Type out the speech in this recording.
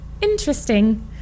Interesting